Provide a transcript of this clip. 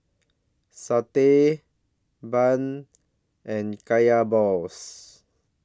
Satay Bun and Kaya Balls